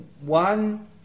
one